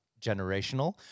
generational